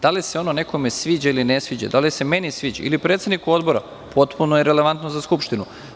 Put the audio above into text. Da li se ono nekome sviđa ili se ne sviđa, da li se meni sviđa ili predsedniku Odbora, potpuno je relevantno za Skupštinu.